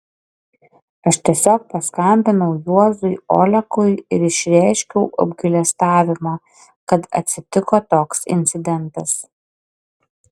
aš tiesiog paskambinau juozui olekui ir išreiškiau apgailestavimą kad atsitiko toks incidentas